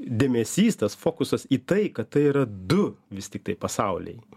dėmesys tas fokusas į tai kad tai yra du vis tiktai pasauliai